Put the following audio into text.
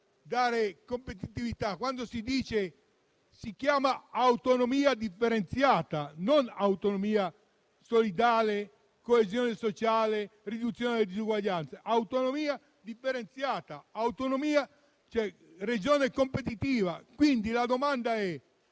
dare competitività. Si chiama "autonomia differenziata", non autonomia solidale, coesione sociale, riduzione della disuguaglianza. Autonomia differenziata significa Regione competitiva. Quindi, la domanda è